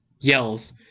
yells